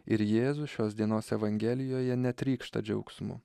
ir jėzus šios dienos evangelijoje netrykšta džiaugsmu